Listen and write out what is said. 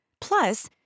Plus